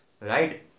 right